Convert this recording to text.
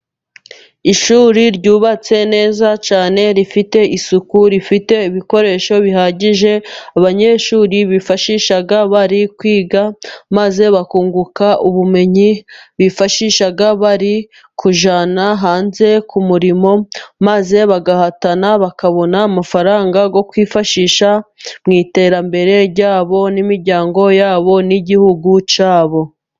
Ishuri ryubatse neza cyane, rifite isuku, rifite ibikoresho bihagije, abanyeshuri bifashisha bari kwiga, maze bakunguka ubumenyi bifashisha bari kujyana hanze ku murimo, maze bagahatana, bakabona amafaranga yo kwifashisha mu iterambere ryabo, n'imiryango yabo, n'igihugu cyabo.